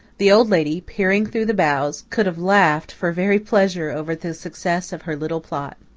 the old lady, peering through the boughs, could have laughed for very pleasure over the success of her little plot.